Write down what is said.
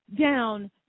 down